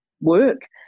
work